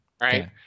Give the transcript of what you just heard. Right